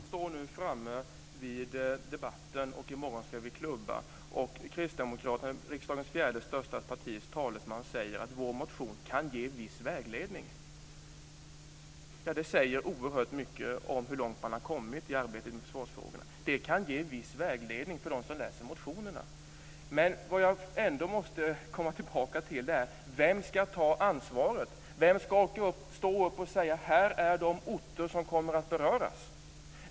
Fru talman! V står nu framme vid debatten, och i morgon ska beslutet klubbas. Kristdemokraternas, riksdagens fjärde största parti, talesman säger: Vår motion kan ge viss vägledning. Det säger oerhört mycket om hur långt man har kommit i arbetet med försvarsfrågorna. Det kan ge viss vägledning för dem som läser motionerna. Vad jag ändå måste komma tillbaka till är: Vem ska ta ansvaret? Vem ska säga: Här är de orter som kommer att beröras?